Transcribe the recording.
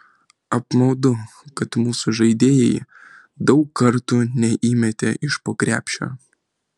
apmaudu kad mūsų žaidėjai daug kartų neįmetė iš po krepšio